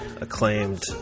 acclaimed